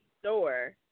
store